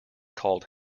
called